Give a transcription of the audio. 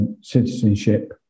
citizenship